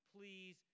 please